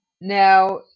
now